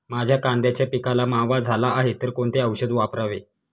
माझ्या कांद्याच्या पिकाला मावा झाला आहे तर कोणते औषध वापरावे?